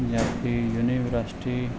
Punjabi university